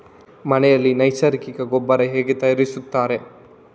ಮನೆಯಲ್ಲಿ ನೈಸರ್ಗಿಕ ಗೊಬ್ಬರ ಹೇಗೆ ತಯಾರಿಸುತ್ತಾರೆ?